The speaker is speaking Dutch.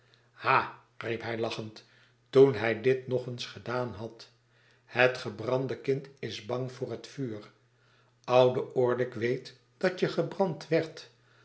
ha riep hij lachend toen hij dit nog eens gedaan had het gebrande kind is bang voor het vuur oude orlick weet dat je gebrand werdt